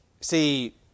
See